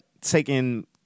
taking